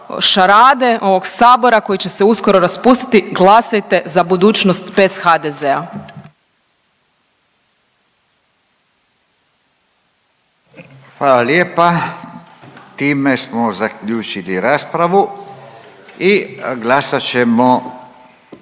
šarade, ovog sabora koji će se uskoro raspustiti, glasajte za budućnost bez HDZ-a. **Radin, Furio (Nezavisni)** Hvala lijepa. Time smo zaključili raspravu i glasat ćemo